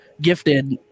gifted